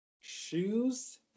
shoes